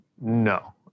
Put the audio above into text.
no